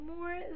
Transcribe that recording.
more